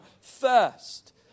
first